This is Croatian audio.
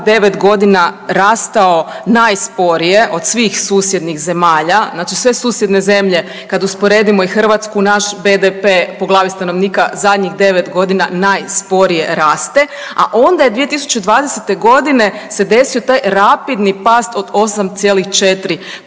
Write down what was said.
9.g. rastao najsporije od svih susjednih zemalja, znači sve susjedne zemlje kad usporedimo i Hrvatsku naš BDP po glavi stanovnika zadnjih 9.g. najsporije raste, a onda je 2020.g. se desio taj rapidni rast od 8,4%